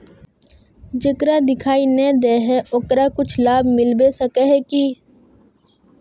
जेकरा दिखाय नय दे है ओकरा कुछ लाभ मिलबे सके है की?